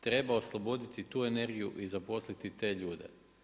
Treba osloboditi tu energiju i zaposliti te ljude.